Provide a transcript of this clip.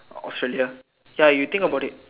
Australia ya you think about it